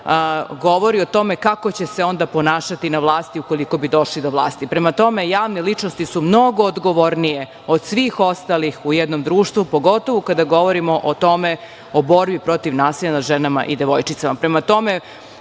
govori o tome kako će se onda ponašati na vlasti ukoliko bi došli na vlast. Javne ličnosti su mnogo odgovornije od svih ostalih u jednom društvu, pogotovo kada govorimo o tome o borbi protiv nasilja nad ženama i devojčicama.